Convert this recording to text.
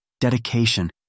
dedication